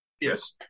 yes